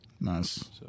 Nice